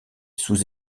sous